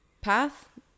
path